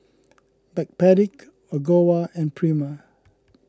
Backpedic Ogawa and Prima